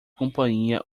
companhia